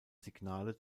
signale